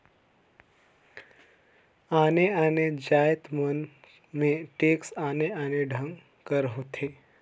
आने आने जाएत मन में टेक्स आने आने ढंग कर होथे